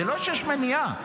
זה לא שיש מניעה.